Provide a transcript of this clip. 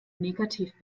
negativ